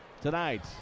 tonight